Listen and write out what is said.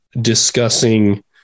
discussing